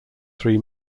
three